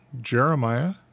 Jeremiah